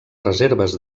reserves